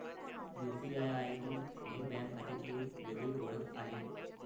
UPI ID ही bank खात्याची एक वेगळी ओळख आहे